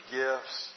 gifts